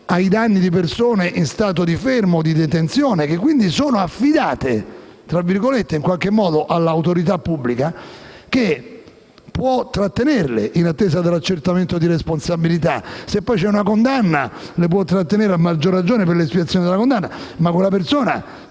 ai danni di persone in stato di fermo o di detenzione, che quindi sono affidate all'autorità pubblica, che può trattenerle in attesa dell'accertamento di responsabilità. Se poi c'è una condanna, le può trattenere a maggiore ragione per l'espiazione della condanna, ma quella persona